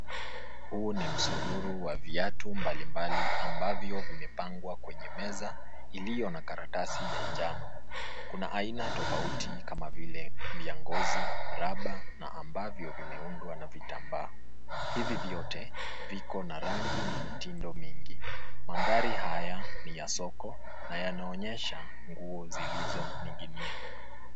Huu ni msururu wa viatu mbalimbali ambavyo vimepangwa kwenye meza iliyo na karatasi ya njano. Kuna aina tofauti kama vile vya ngozi, raba na ambavyo vimeundwa Kwa kitambaa. Hivi vyote vina rangi na mitindo mingi. Mandhari haya ni ya soko na yanaonyesha nguo zilizo niginia.